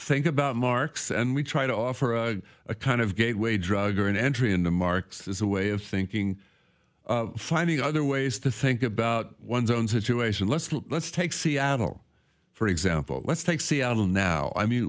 think about marx and we try to offer a a kind of gateway drug or an entry into marx as a way of thinking finding other ways to think about one's own situation let's let's take seattle for example let's take seattle now i mean